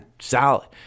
solid